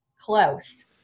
close